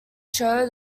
show